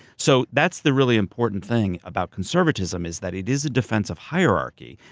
so that's the really important thing about conservatism, is that it is a defense of hierarchy,